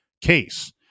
case